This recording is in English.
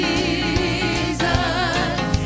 Jesus